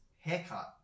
haircut